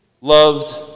loved